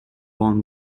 born